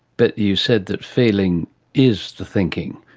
but you said that feeling is the thinking.